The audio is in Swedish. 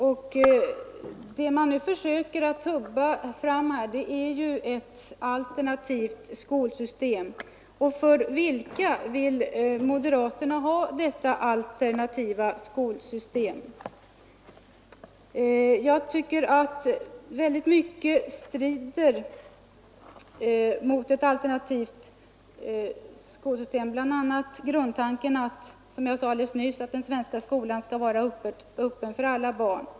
Det moderaterna nu försöker att tubba fram är ju ett alternativt skolsystem, men för vilka vill moderaterna ha det? Det finns väldigt mycket som talar emot ett alternativt skolsystem, bl.a. grundtanken att — som jag sade nyss — den svenska skolan skall vara öppen för alla barn.